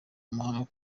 amahanga